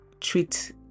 treat